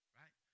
right